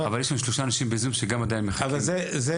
אבל יש לנו עוד שלושה אנשים שמחכים ב- ZOOM. אבל זה פרקטי.